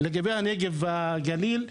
לגבי הנגב והגליל,